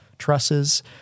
trusses